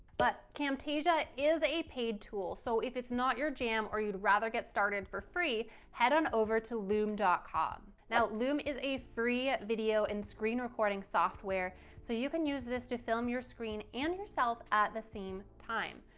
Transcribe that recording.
but camtasia is a paid tool, so if it's not your jam or you'd rather get started for free head on over to loom com. now loom is a free video and screen recording software so you can use this to film your screen and yourself at the same time.